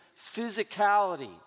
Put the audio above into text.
physicality